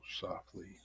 softly